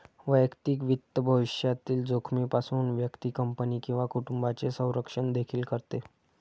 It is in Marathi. वैयक्तिक वित्त भविष्यातील जोखमीपासून व्यक्ती, कंपनी किंवा कुटुंबाचे संरक्षण देखील करते